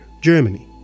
Germany